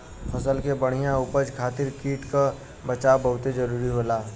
फसल के बढ़िया उपज खातिर कीट क बचाव बहुते जरूरी होला